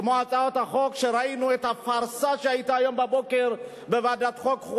כמו הצעת החוק שראינו את הפארסה לגביה שהיתה היום בבוקר בוועדת החוקה,